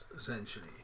essentially